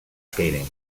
skating